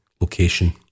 location